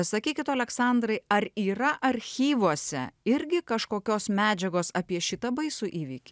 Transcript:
sakykit oleksandrai ar yra archyvuose irgi kažkokios medžiagos apie šitą baisų įvykį